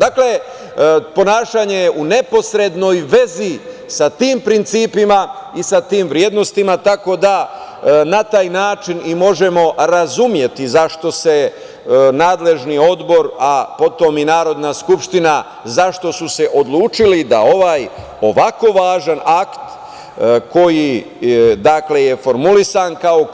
Dakle, ponašanje je u neposrednoj vezi sa tim principima i sa tim vrednostima, tako da na taj način možemo razumeti zašto se nadležni odbor, a potom i Narodna skupština, zašto su se odlučili da ovaj ovako važan akt, koji je formulisan kao